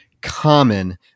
common